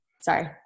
sorry